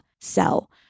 sell